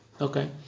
Okay